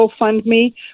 GoFundMe